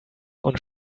und